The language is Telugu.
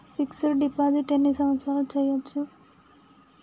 ఫిక్స్ డ్ డిపాజిట్ ఎన్ని సంవత్సరాలు చేయచ్చు?